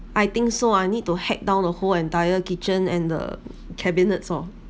I think so I need to hack down the whole entire kitchen and the cabinets oh